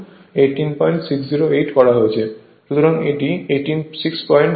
সুতরাং এটি 8647 এফিসিয়েন্সি হবে